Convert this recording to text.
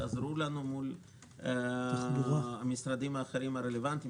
תעזרו לנו מול המשרדים האחרים הרלוונטיים,